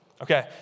Okay